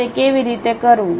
તે કેવી રીતે કરવું